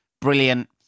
Brilliant